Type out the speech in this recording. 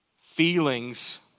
feelings